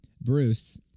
Bruce